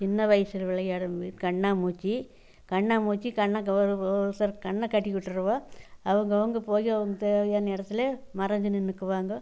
சின்ன வயதில் விளையாடினது கண்ணாமூச்சி கண்ணாமூச்சி கண்ணை கவர் போட்டு ஒருத்தர் கண்ணை கட்டிவிட்டுடுவோம் அவங்க அவங்க போய் அவங்களுக்கு தேவையான இடத்துல மறைஞ்சி நின்றுக்குவாங்க